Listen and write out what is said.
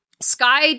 Sky